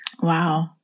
Wow